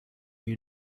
you